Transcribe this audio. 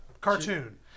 Cartoon